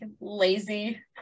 lazy